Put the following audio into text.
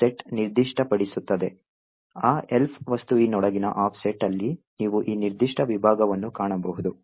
offset ನಿರ್ದಿಷ್ಟಪಡಿಸುತ್ತದೆ ಆ Elf ವಸ್ತುವಿನೊಳಗಿನ ಆಫ್ಸೆಟ್ ಅಲ್ಲಿ ನೀವು ಈ ನಿರ್ದಿಷ್ಟ ವಿಭಾಗವನ್ನು ಕಾಣಬಹುದು